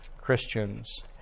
Christians